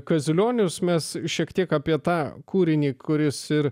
kaziulionis mes šiek tiek apie tą kūrinį kuris ir